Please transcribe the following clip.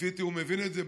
לפי דעתי הוא מבין את זה,